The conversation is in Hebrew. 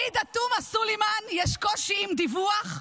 לעאידה תומא סלימאן יש קושי עם דיווח,